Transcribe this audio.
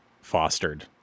fostered